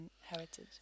heritage